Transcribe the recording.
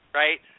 right